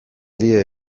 dira